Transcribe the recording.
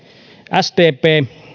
sdpn